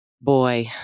boy